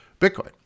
Bitcoin